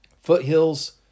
foothills